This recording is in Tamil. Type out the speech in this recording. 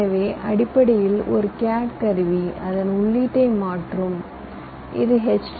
எனவே அடிப்படையில் ஒரு கேட் கருவி அதன் உள்ளீட்டை மாற்றும் இது எச்